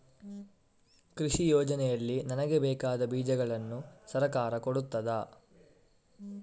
ಕೃಷಿ ಯೋಜನೆಯಲ್ಲಿ ನನಗೆ ಬೇಕಾದ ಬೀಜಗಳನ್ನು ಸರಕಾರ ಕೊಡುತ್ತದಾ?